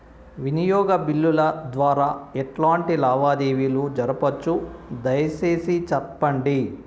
వినియోగ బిల్లుల ద్వారా ఎట్లాంటి లావాదేవీలు జరపొచ్చు, దయసేసి సెప్పండి?